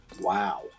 Wow